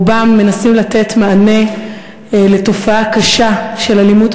רובם מנסים לתת מענה לתופעה קשה של אלימות